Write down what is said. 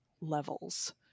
levels